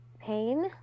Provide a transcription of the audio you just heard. pain